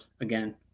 again